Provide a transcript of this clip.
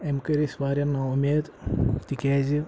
أمۍ کٔرۍ أسۍ واریاہ نا اُمید تِکیٛازِ